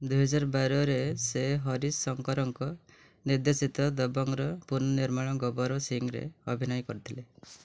ଦୁଇହଜାର ବାରରେ ସେ ହରିଶ ଶଙ୍କରଙ୍କ ନିର୍ଦ୍ଦେଶିତ ଦବଙ୍ଗର ପୁନଃନିର୍ମାଣ ଗବର ସିଂରେ ଅଭିନୟ କରିଥିଲେ